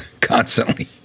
constantly